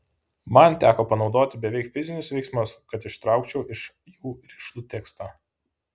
man teko panaudoti beveik fizinius veiksmus kad ištraukčiau iš jų rišlų tekstą